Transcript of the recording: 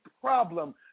problem